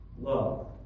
love